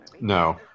No